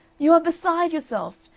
you are beside yourself.